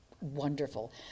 wonderful